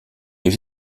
est